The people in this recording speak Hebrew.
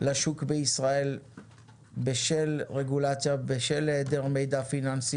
לשוק בישראל בשל הרגולציה ובשל היעדר מידע פיננסי